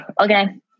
Okay